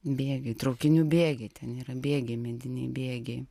bėgiai traukinių bėgiai ten yra bėgiai mediniai bėgiai